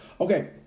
okay